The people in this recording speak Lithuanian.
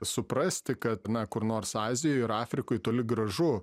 suprasti kad na kur nors azijoj ir afrikoj toli gražu